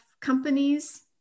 companies